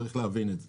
צריך להבין את זה.